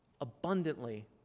abundantly